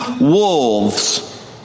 wolves